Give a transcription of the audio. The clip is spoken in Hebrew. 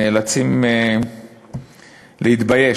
נאלצים להתבייש.